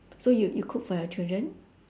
so you you cook for your children